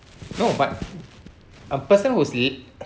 no but a person who's la~